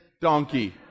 donkey